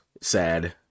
sad